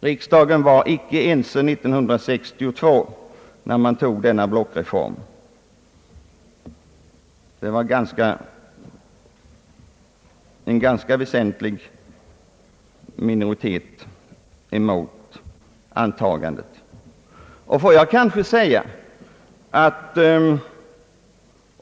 Riksdagens ledamöter var inte ense 1962 när beslut om blockreformen fattades. En ganska väsentlig minoritet var emot.